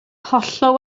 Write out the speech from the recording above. hollol